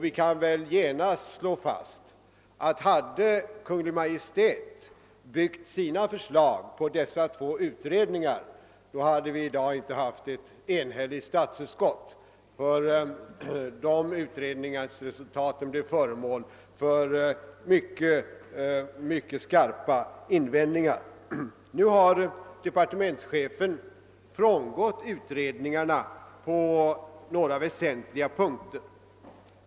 Vi kan genast slå fast att hade Kungl. Maj:t i sina förslag följt dessa två utredningar, hade vi i dag inte haft ett enhälligt statsutskott; utredningsresultaten blev ju föremål för mycket skarpa invändningar. Nu har departementschefen frångått utredningarna på några väsentliga punkter.